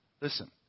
Listen